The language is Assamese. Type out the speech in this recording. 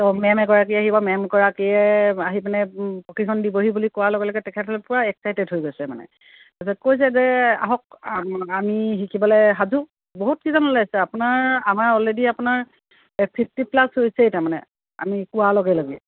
ত' মেম এগৰাকী আহিব মেম এগৰাকীয়ে আহি পিনে প্ৰশিক্ষণ দিবহি বুলি কোৱাৰ লগে লগে তেখেতসকলে পূৰা এক্সাইটেড হৈ গৈছে মানে তাৰপিছত কৈছে যে আহক আমি শিকিবলৈ সাজু বহুত কেইজন ওলাইছে আপোনাৰ আমাৰ অলৰেডি আপোনাৰ ফিফটি প্লাছ হৈছেই তাৰমানে আমি কোৱাৰ লগে লগে